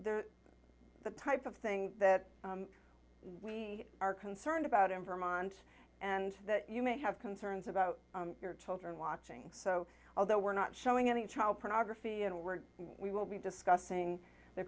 they're the type of thing that we are concerned about in vermont and that you may have concerns about your children watching so although we're not showing any child pornography and we're we will be discussing the